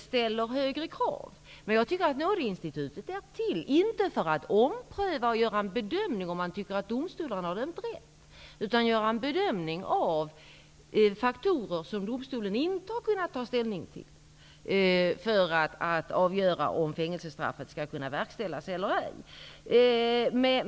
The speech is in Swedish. ställer högre krav. Jag tycker att nådeinstitutet är till, inte för att ompröva och göra en bedömning av om man tycker att domstolarna har dömt rätt, utan för att göra en bedömning av faktorer som domstolen inte har kunnat ta ställning till för att avgöra om fängelsestraffet skall kunna verkställas eller ej.